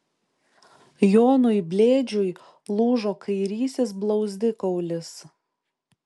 jonui blėdžiui lūžo kairysis blauzdikaulis